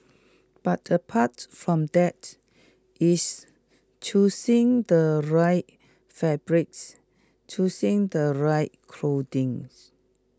but apart from that it's choosing the right fabrics choosing the right clothings